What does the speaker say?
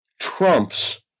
trumps